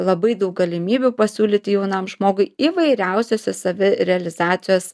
labai daug galimybių pasiūlyti jaunam žmogui įvairiausiose savirealizacijos